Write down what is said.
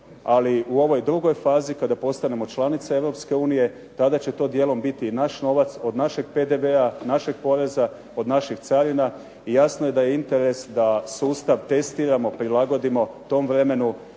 ali u ovoj drugoj fazi kada postanemo članica Europske unije tada će to dijelom biti i naš novac, od našeg PDV-a, našeg poreza, od naših carina i jasno je da je interes da sustav testiramo, prilagodimo tom vremenu